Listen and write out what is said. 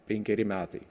penkeri metai